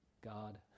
God